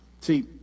See